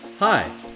hi